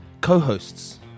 co-hosts